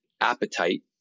appetite